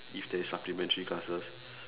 if there's supplementary classes